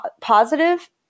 positive